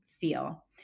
feel